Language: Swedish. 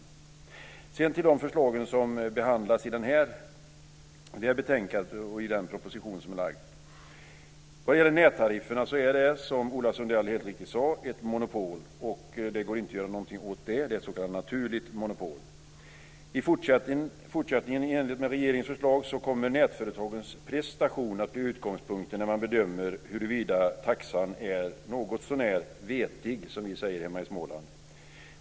Sedan vill jag säga något om de förslag som behandlas i det här betänkandet och i den proposition som har lagts fram. Nättarifferna är, som Ola Sundell helt riktigt sade, ett monopol. Det går inte att göra något åt det. Det är ett s.k. naturligt monopol. I fortsättningen kommer, i enlighet med regeringens förslag, nätprestation att vara utgångspunkten när man bedömer huruvida taxan är något så när "vetig", som vi säger hemma i Småland.